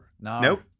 Nope